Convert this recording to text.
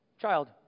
child